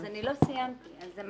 לא סיימתי את דבריי.